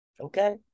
Okay